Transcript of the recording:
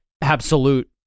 absolute